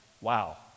Wow